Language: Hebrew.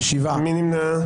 מי נמנע?